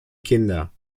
kinder